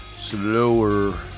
slower